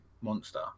monster